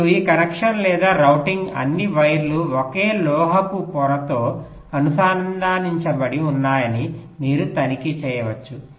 ఇప్పుడు ఈ కనెక్షన్ లేదా రౌటింగ్ అన్ని వైర్లు ఒకే లోహపు పొరతో అనుసంధానించబడి ఉన్నాయని మీరు తనిఖీ చేయవచ్చు